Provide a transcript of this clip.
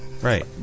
Right